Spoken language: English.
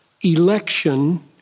election